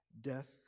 death